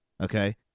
okay